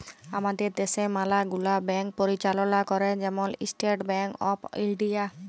আমাদের দ্যাশে ম্যালা গুলা ব্যাংক পরিচাললা ক্যরে, যেমল ইস্টেট ব্যাংক অফ ইলডিয়া